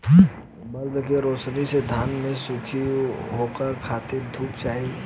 bulb के रौशनी से धान न सुखी ओकरा खातिर धूप चाही